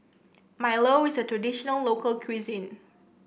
milo is a traditional local cuisine